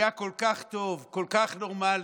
היה כל כך טוב, כל כך נורמלי.